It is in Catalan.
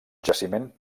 jaciment